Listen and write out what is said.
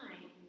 time